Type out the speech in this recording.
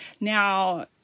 Now